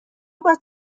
باید